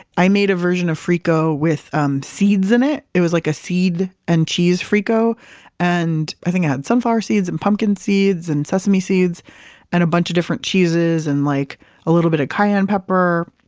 i made a version of frico with um seeds in it, it was like a seed and cheese frico and i think it had sunflower seeds and pumpkin seeds and sesame seeds and a bunch of different cheeses and like a little bit of cayenne pepper.